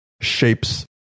shapes